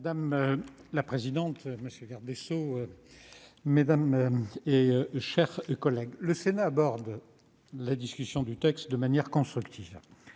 Madame la présidente, monsieur le garde des sceaux, mes chers collègues, le Sénat aborde la discussion de ce texte de manière constructive.